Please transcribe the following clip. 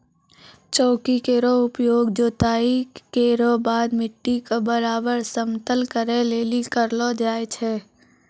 चौकी केरो उपयोग जोताई केरो बाद मिट्टी क बराबर समतल करै लेलि करलो जाय छै